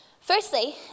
Firstly